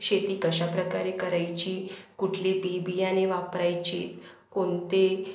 शेती कशाप्रकारे करायची कुठली बी बियाणे वापरायची कोणते